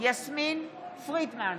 יסמין פרידמן,